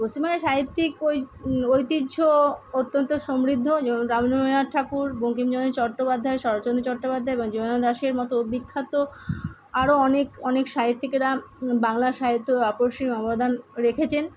পশ্চিমবঙ্গে সাহিত্যিক ওই ঐতিহ্য অত্যন্ত সমৃদ্ধ যেমন রবীন্দ্রনাত ঠাকুর বঙ্কিমচন্দ্র চট্টোপাধ্যায় শরৎচন্দ্র চট্টোপাধ্যায় বা জীবনানন্দ দাশের মতো বিখ্যাত আরও অনেক অনেক সাহিত্যিকেরা বাংলার সাহিত্য অপরিসীম অবদান রেখেছেন